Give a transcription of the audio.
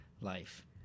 life